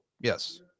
Yes